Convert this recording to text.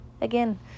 again